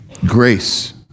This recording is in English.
Grace